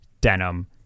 denim